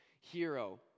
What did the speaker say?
hero